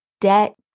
debt